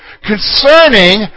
concerning